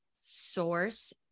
source